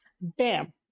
Bam